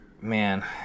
man